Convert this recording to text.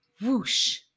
Whoosh